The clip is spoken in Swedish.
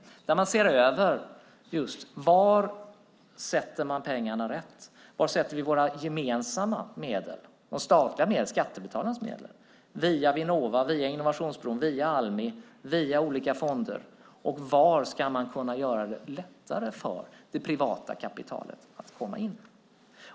Där ser man ser över just var pengarna placeras rätt, var man ska placera våra gemensamma medel, de statliga medlen, skattebetalarnas medel, via Vinnova, via Innovationsbron, via Almi, via olika fonder, och var man ska kunna göra det lättare för det privata kapitalet att komma in.